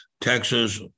Texas